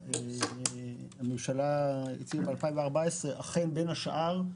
שהממשלה הציעה ב-2014, אכן, בין השאר,